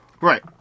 Right